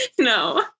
No